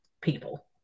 people